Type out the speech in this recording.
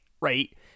right